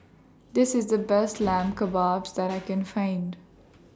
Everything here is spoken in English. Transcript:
This IS The Best Lamb Kebabs that I Can Find